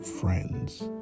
friends